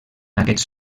aquests